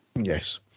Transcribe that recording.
Yes